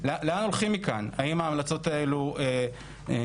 ולאן אנחנו הולכים מכאן האם ההמלצות האלו יוטמעו,